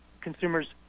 consumers